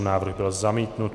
Návrh byl zamítnut.